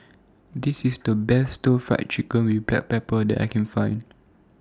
This IS The Best Stir Fried Chicken with Black Pepper that I Can Find